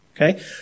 Okay